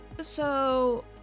so-